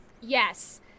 Yes